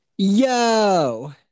yo